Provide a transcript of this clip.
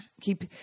Keep